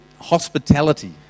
hospitality